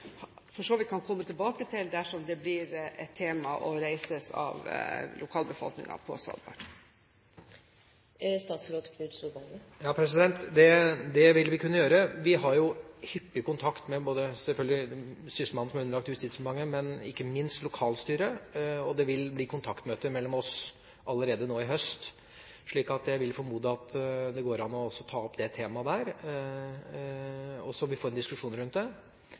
for så vidt kan komme tilbake til dersom den blir et tema og den reises av lokalbefolkningen på Svalbard. Det vil vi kunne gjøre. Vi har selvfølgelig hyppig kontakt med Sysselmannen, som er underlagt Justisdepartementet, og ikke minst lokalstyret, og det vil bli kontaktmøte mellom oss allerede nå i høst. Jeg vil formode at det også går an å ta opp dette temaet der, slik at vi får en diskusjon rundt det,